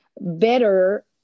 better